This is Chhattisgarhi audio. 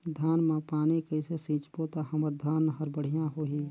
धान मा पानी कइसे सिंचबो ता हमर धन हर बढ़िया होही?